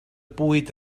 bwyd